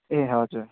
ए हजुर